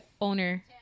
owner